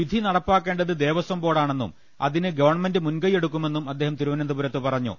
വിധി നടപ്പാക്കേണ്ടത് ദേവസ്വം ബോർഡാണെന്നും അതിന് ഗവൺമെന്റ് മുൻകൈയെടു ക്കുമെന്നും അദ്ദേഹം തിരുവനന്തപുരത്ത് പറഞ്ഞു